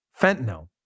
Fentanyl